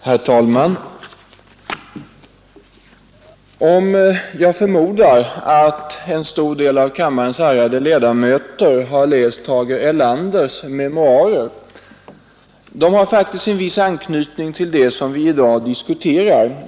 Herr talman! Jag förmodar att en stor del av kammarens ärade ledamöter har läst Tage Erlanders memoarer. De har faktiskt på en punkt en anknytning till det vi i dag diskuterar.